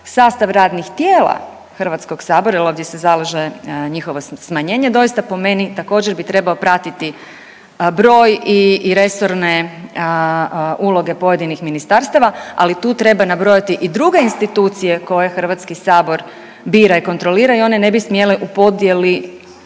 sastav radnih tijela HS-a jel ovdje se zalaže njihovo smanjenje, doista po meni također bi trebao pratiti broj i resorne uloge pojedinih ministarstava, ali tu treba nabrojati i druge institucije koje HS-a bira i kontrolira i one ne bi smjele u podjeli